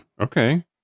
Okay